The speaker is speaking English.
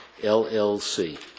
LLC